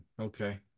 Okay